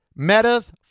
Meta's